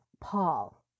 Paul